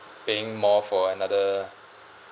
paying more for another